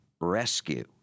rescue